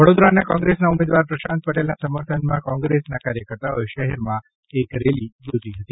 વડોદરાના કોંગ્રેસના ઉમેદવાર પ્રશાંત પટેલના સમર્થનમાં કોંગ્રેસના કાર્યકર્તાઓએ શહેરમાં એક રેલી યોજી હતી